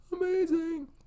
amazing